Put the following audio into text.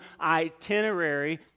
itinerary